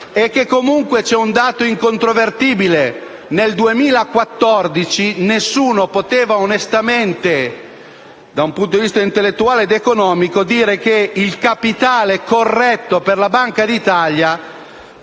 e comunque c'è un dato incontrovertibile: nel 2014 nessuno poteva onestamente, da un punto di vista intellettuale ed economico, dire che il capitale corretto per la Banca d'Italia